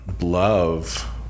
love